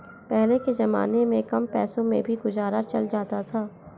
पहले के जमाने में कम पैसों में भी गुजारा चल जाता था